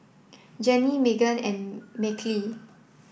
Jenni Meghan and Mahalie